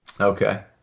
Okay